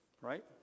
Right